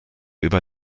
über